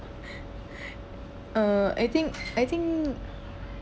uh I think I think